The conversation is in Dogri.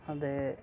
ते